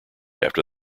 after